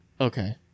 Okay